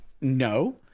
no